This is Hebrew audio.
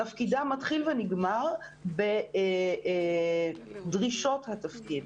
תפקידה מתחיל ונגמר בדרישות התפקיד.